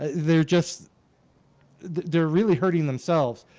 ah they're just they're really hurting themselves.